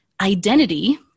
identity